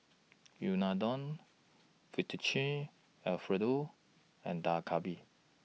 Unadon Fettuccine Alfredo and Dak Galbi